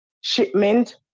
shipment